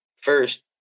first